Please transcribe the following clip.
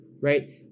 right